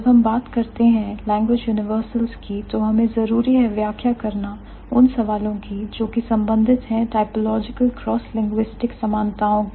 जब हम बात करते हैं लैंग्वेज यूनिवर्सल्स की तो हमें जरूरी है व्याख्या करना उन सवालों की जो कि संबंधित हैं typological crosslinguistic समानताओ की